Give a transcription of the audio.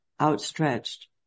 outstretched